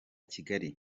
kigali